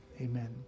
amen